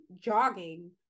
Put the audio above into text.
jogging